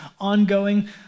ongoing